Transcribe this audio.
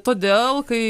todėl kai